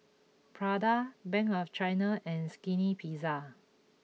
Prada Bank of China and Skinny Pizza